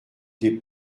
des